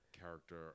character